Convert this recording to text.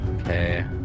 Okay